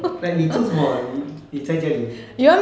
like 你做什么你你在家里